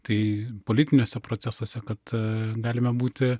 tai politiniuose procesuose kad galime būti